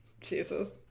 Jesus